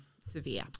severe